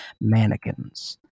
mannequins